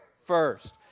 First